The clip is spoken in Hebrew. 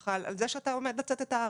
שלך על זה שאתה עומד לצאת את הארץ.